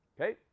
okay